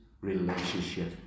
relationship